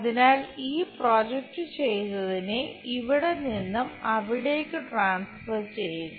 അതിനാൽ ഈ പ്രൊജക്റ്റ് ചെയ്ത ഒന്നിനെ ഇവിടെ നിന്ന് അവിടേക്ക് ട്രാൻസ്ഫർ ചെയ്യുക